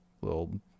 Little